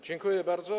Dziękuję bardzo.